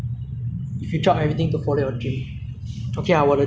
有一天 orh 人老了 lah then 就不要住在新加坡 liao